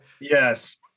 Yes